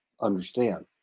understand